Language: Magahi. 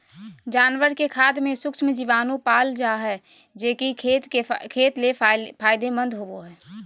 जानवर के खाद में सूक्ष्म जीवाणु पाल जा हइ, जे कि खेत ले फायदेमंद होबो हइ